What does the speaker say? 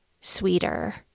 sweeter